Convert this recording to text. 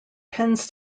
tends